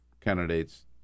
candidates